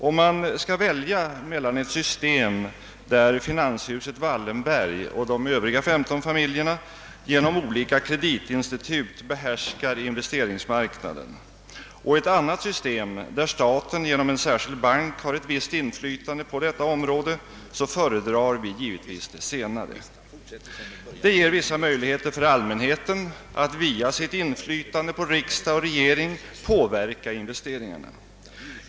Om man skall välja mellan ett system där finanshuset Wallenberg och de övriga 15 familjerna genom olika kreditinstitut behärskar investeringsmarknaden, och ett annat system där staten genom en särskild bank har ett visst inflytande på detta område, så föredrar vi givetvis det senare. Det ger vissa möjligheter för allmänheten att via sitt inflytande på riksdag och regering påverka investeringarna.